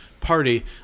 party